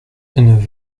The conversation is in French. neuf